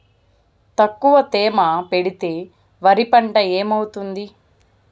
తక్కువ తేమ పెడితే వరి పంట ఏమవుతుంది